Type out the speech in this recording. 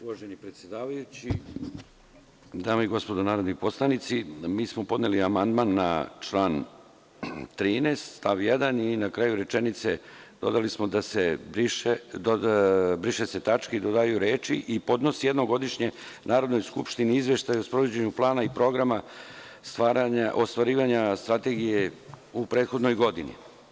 Uvaženi predsedavajući, dame i gospodo narodni poslanici, mi smo podneli amandman na član 13. stav 1. i na kraju rečenice dodali smo da se briše tačka i dodaju reči „i podnosi jednom godišnje Narodnoj skupštini izveštaj o sprovođenju plana i programa ostvarivanja strategije u prethodnoj godini“